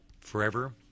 Forever